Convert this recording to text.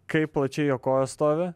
kaip plačiai jo kojos stovi